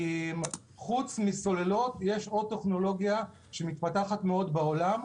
חוץ מסוללות יש עוד טכנולוגיה שמתפתחת מאוד בעולם,